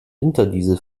winterdiesel